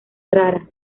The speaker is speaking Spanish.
rara